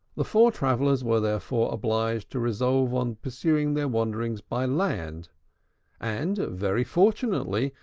the four travellers were therefore obliged to resolve on pursuing their wanderings by land and, very fortunately,